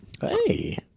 Hey